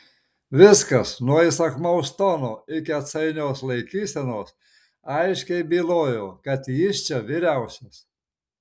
viskas nuo įsakmaus tono iki atsainios laikysenos aiškiai bylojo kad jis čia vyriausias